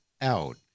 out